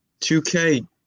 2K